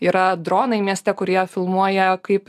yra dronai mieste kurie filmuoja kaip